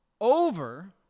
over